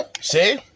see